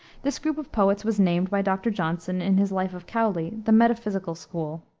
this group of poets was named, by dr. johnson, in his life of cowley, the metaphysical school.